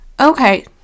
okay